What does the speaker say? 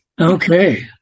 Okay